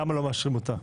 למה לא מאשרים אותה.